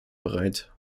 bereit